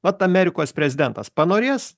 mat amerikos prezidentas panorės